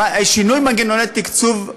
שינוי מנגנוני תקצוב,